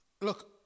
Look